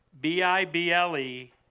B-I-B-L-E